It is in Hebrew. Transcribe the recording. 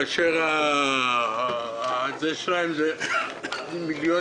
כאשר התקציב שלהם הוא 1.5 מיליארד